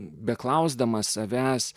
beklausdamas savęs